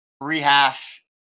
rehash